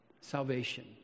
Salvation